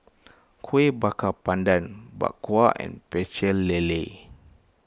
Kuih Bakar Pandan Bak Kwa and Pecel Lele